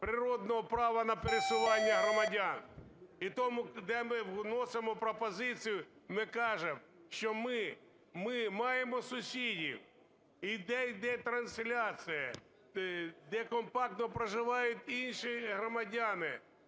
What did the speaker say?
природного права на пересування громадян. І тому, де ми вносимо пропозицію, ми кажемо що ми маємо сусідів, і де йде трансляція, де компактно проживають інші громадяни